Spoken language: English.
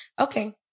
okay